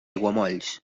aiguamolls